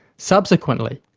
subsequently,